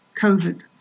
COVID